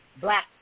black